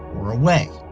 or away.